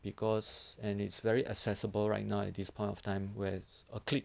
because and it's very accessible right now at this point of time whereas a click